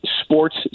sports